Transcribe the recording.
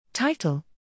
Title